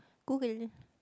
Google